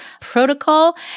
protocol